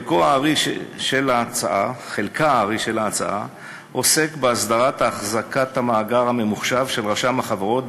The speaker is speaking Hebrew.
חלק הארי של ההצעה עוסק בהסדרת החזקת המאגר הממוחשב של רשם החברות